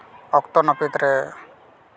ᱚᱠᱛᱚ ᱱᱟᱹᱯᱤᱛ ᱨᱮ